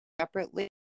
separately